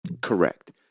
Correct